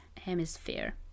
hemisphere